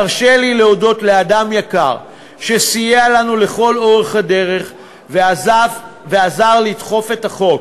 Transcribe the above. תרשה לי להודות לאדם יקר שסייע לנו לכל אורך הדרך ועזר לדחוף את החוק: